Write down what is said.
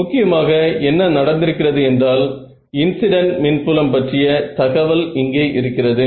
முக்கியமாக என்ன நடந்திருக்கிறது என்றால் இன்ஸிடன்ட் மின் புலம் பற்றிய தகவல் இங்கே இருக்கிறது